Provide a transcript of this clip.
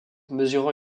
mesurant